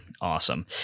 Awesome